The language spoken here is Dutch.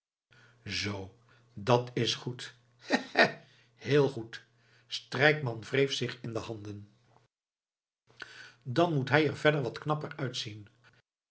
zoo dat is goed hè hè hè heel goed strijkman wreef zich in de handen dan moet hij er verder wat knapper uitzien